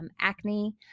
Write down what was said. acne